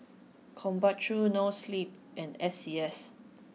Krombacher Noa Sleep and S C S